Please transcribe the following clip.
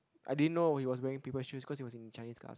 I didn't know he was wearing paper shoes because he was in chinese class